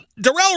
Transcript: Darrell